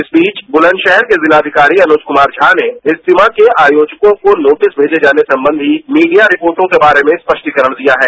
इस बीच ब्रलंदशहर के जिला अधिकारी अनुज क्मार ज्ञा ने इज्तेमा के आयोजकों को नोटिस भेजे जाने संबंधी मीडिया रिपोर्टो के बारे में स्पष्टीकरण दिया है